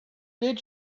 did